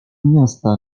miasta